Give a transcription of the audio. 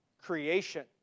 creation